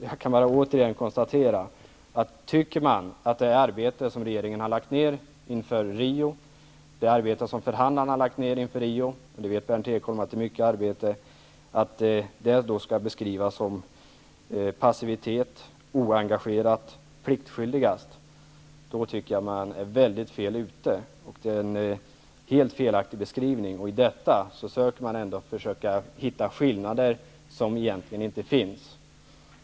Jag kan bara återigen konstatera att om man tycker att det arbete som regeringen har lagt ned inför Rio-konferensen och det arbete som förhandlarna har lagt ned inför Riokonferensen, och Berndt Ekholm vet att det är mycket arbete, skall beskrivas som passivt, oengagerat och pliktskyldigt, tycker jag att man är helt fel ute. Det är en helt felaktig beskrivning. I detta försöker man hitta skillnader som egentligen inte finns.